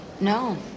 No